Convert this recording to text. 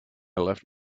left